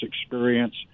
experience